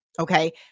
Okay